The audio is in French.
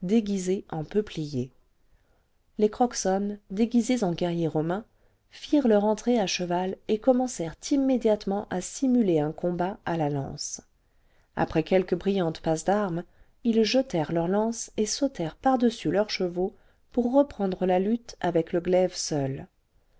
déguisés en peupliers les crokson déguisés en guerriers romains firent leur entrée à cheval et commencèrent immédiatement à simuler un combat à la lance après quelques brillantes passes d'armes ils jetèrent leur lance et sautèrent pardessus leurs chevaux pour reprendre la lutte avec le glaive seul